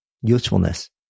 usefulness